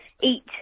eat